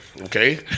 Okay